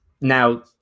Now